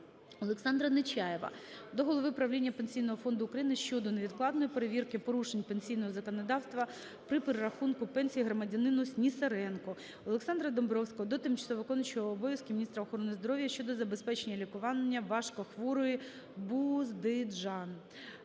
Олександра Нечаєва до голови правління Пенсійного фонду України щодо невідкладної перевірки порушень пенсійного законодавства при перерахунку пенсії громадянину Снісаренку В.В. Олександра Домбровського до тимчасово виконуючої обов'язки міністра охорони здоров'я щодо забезпечення лікування важкохворої Буздижан